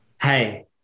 hey